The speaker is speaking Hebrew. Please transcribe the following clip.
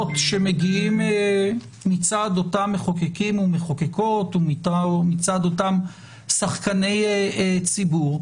שמגיעים מצד אותם מחוקקים ומחוקקות ומצד אותם שחקני ציבור,